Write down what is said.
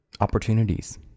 opportunities